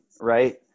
right